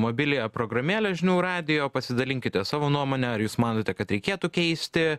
mobiliąją programėlę žinių radijo pasidalinkite savo nuomone ar jūs manote kad reikėtų keisti